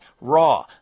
raw